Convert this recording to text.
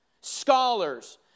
scholars